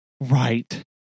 Right